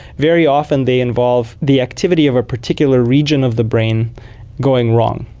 very often they involve the activity of a particular region of the brain going wrong.